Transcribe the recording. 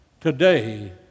Today